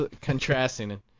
contrasting